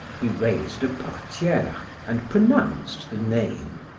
he raised a portiere and pronounced the name.